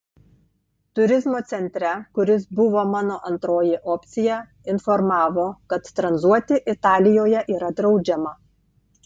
turizmo centre kuris buvo mano antroji opcija informavo kad tranzuoti italijoje yra draudžiama